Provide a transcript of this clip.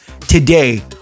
today